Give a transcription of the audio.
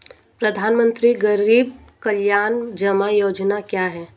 प्रधानमंत्री गरीब कल्याण जमा योजना क्या है?